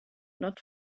not